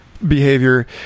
behavior